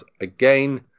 again